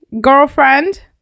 girlfriend